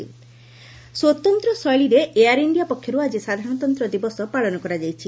ଆର୍ day air India ସ୍କତନ୍ତ ଶୈଳୀରେ air India ପକ୍ଷର୍ ଆଜି ସାଧାରଣତନ୍ତ୍ର ଦିବସ ପାଳନ କରାଯାଇଛି